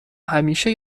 همیشه